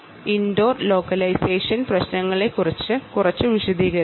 indoor localisation പ്രശ്നത്തെക്കുറിച്ച് കുറച്ച് വിശദീകരിച്ചിരുന്നു